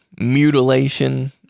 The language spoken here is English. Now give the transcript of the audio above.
mutilation